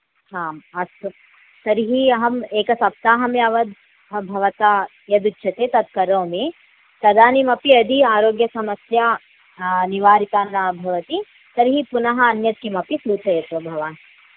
आम् अस्तु तर्हि अहम् एकसप्ताहं यावत् भवता यदुच्चते तद् करोमि तदानीम् अपि यदि आरोग्यसमस्या निवारिता न भवति तर्हि पुनः अन्यत् किमपि सूचयतु भवान्